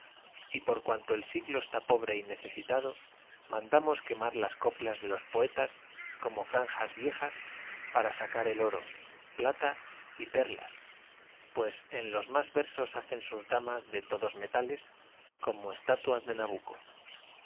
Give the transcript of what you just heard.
y por cuanto el siglo está pobre y necesitado mandamos quemar las coplas de los poetas como franjas viejas para sacar el oro plata y perlas pues en los más versos hacen sus damas de todos metales como estatuas de